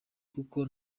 kuko